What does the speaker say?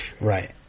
Right